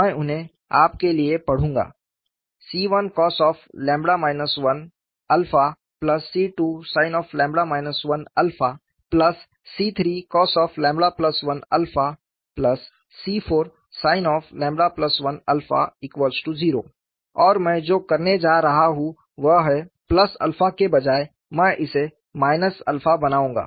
मैं उन्हें आपके लिए पढ़ूंगा C1cos 1C2sin 1C3cos1C4sin10 और मैं जो करने जा रहा हूं वह है 𝜶 के बजाय मैं इसे 𝜶 बनाऊँगा